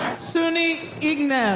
sunny ignes.